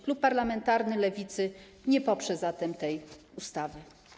Klub parlamentarny Lewicy nie poprze zatem tej ustawy.